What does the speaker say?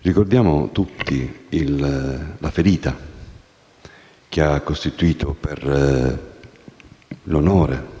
ricordiamo tutti la ferita che ha costituito per l'onore